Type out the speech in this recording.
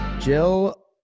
Jill